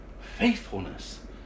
faithfulness